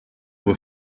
were